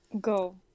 go